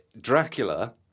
Dracula